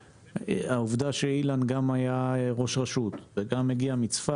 העובדה שאילן גם היה ראש רשות וגם הגיע מצפת,